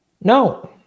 No